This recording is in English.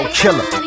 killer